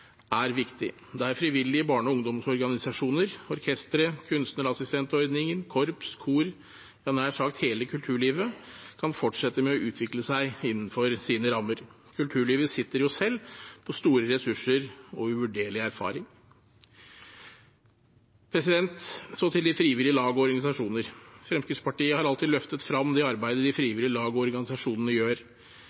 også viktig for kulturlivet. Det å sikre et helhetlig løp for satsing og benytte seg av relevante krefter innenfor kulturfeltet, der frivillige barne- og ungdomsorganisasjoner, orkestre, kunstnerassistentordningen, korps, kor – ja, nær sagt hele kulturlivet – kan fortsette med å utvikle seg innenfor sine rammer, er viktig. Kulturlivet sitter jo selv på store ressurser og uvurderlig erfaring. Så til de frivillige lagene og organisasjonene: Fremskrittspartiet har alltid